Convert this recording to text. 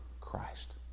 Christ